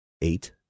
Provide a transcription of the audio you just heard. eight